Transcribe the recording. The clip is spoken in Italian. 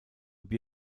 più